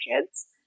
kids